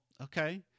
okay